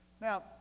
Now